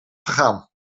gegaan